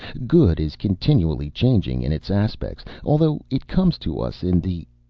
good is continually changing in its aspects, although it comes to us in the.